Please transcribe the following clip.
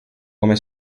come